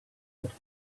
red